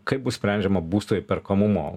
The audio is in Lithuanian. kaip bus sprendžiama būsto įperkamumo